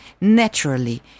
naturally